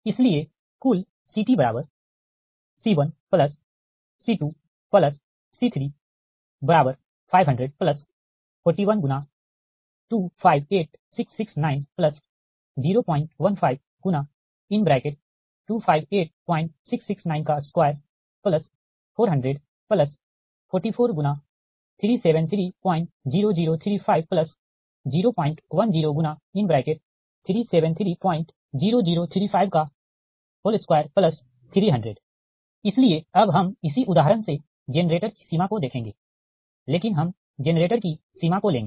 इसलिए कुल CTC1C2C350041×258669015×258669240044×3730035010×37300352 30040218335018218335 2 इसलिए अब हम इसी उदाहरण से जेनरेटर की सीमा को देखेंगे लेकिन हम जेनरेटर की सीमा को लेंगे